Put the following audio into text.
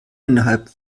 innerhalb